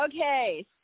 Okay